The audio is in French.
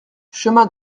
chemin